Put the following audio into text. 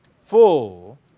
full